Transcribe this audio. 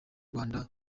rwanda